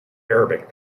arabic